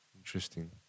Interesting